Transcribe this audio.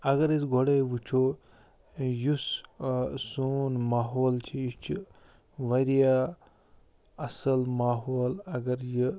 اگر أسۍ گۄڈَے وُچھو یُس سون ماحول چھُ یہِ چھُ وارِیاہ اَصٕل ماحول اگر یہِ